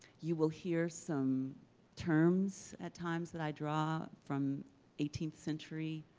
you will hear some terms at times that i draw from eighteenth century